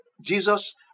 Jesus